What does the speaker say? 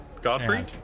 Godfrey